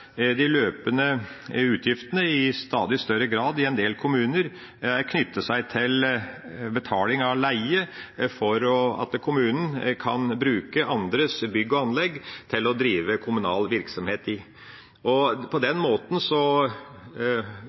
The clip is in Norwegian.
de løpende utgiftene i en del kommuner i stadig større grad er knyttet til betaling av leie for at kommunen kan bruke andres bygg og anlegg til å drive kommunal virksomhet i. På den måten